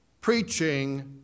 preaching